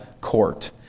court